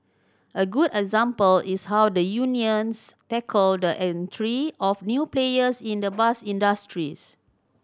a good example is how the unions tackled the entry of new players in the bus industries